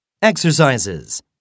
Exercises